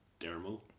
Dermo